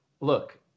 look